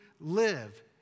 live